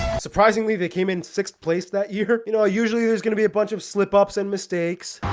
surprisingly, they came in sixth place that year. you know i usually who's gonna be a bunch of slip-ups and mistakes